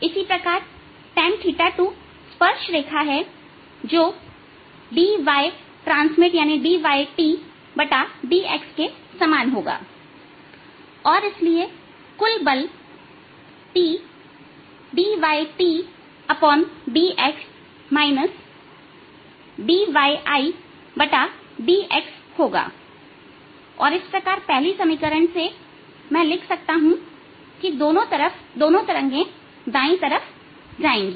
इसी प्रकार tan θ2 स्पर्श रेखा है जो dyTdx के समान होगा और इसलिए कुल बल TdyTdx dyIdx होगा और इस प्रकार पहली समीकरण से मैं लिख सकता हूं कि दोनों तरंगे दाएं तरफ जाएंगे